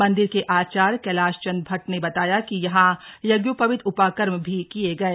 मंदिर के आचार्य कैलाश चन्द्र भट्ट ने बताया कि यहां यग्योपवित उपाकर्म भी किये गए